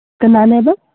ꯀꯅꯥꯅꯦꯕ